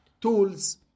tools